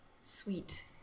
Sweet